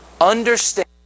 understand